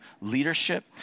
leadership